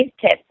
tips